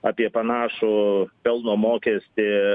apie panašų pelno mokestį